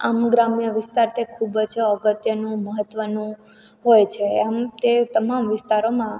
અમુક ગ્રામ્ય વિસ્તાર તે ખૂબ જ અગત્યનું મહત્વનું હોય છે એમ તે તમામ વિસ્તારોમાં